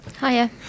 Hiya